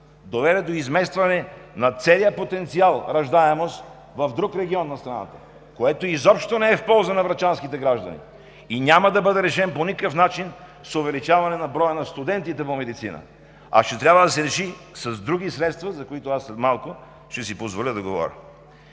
доведе до изместване на целия потенциал раждаемост в друг регион на страната, което изобщо не е в полза на врачанските граждани, и няма да бъде решен по никакъв начин с увеличаване на броя на студентите по медицина, а ще трябва да се реши с други средства, за които след малко ще си позволя да говоря.